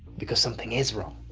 because something is wrong